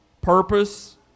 purpose